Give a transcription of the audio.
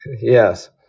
Yes